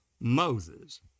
Moses